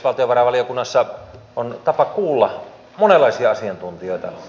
valtiovarainvaliokunnassa on tapa kuulla monenlaisia asiantuntijoita